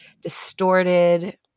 distorted